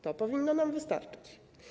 To powinno nam wystarczyć.